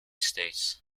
states